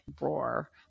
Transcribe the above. roar